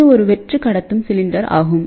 இது ஒரு வெற்று கடத்தும் சிலிண்டர் ஆகும்